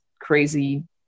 crazy